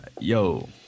yo